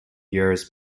years